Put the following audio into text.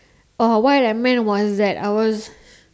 oh what I meant was that I was